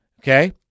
Okay